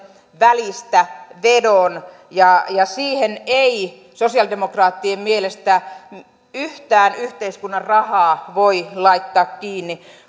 välistävedon ja siihen ei sosialidemokraattien mielestä yhtään yhteiskunnan rahaa voi laittaa kiinni